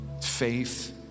faith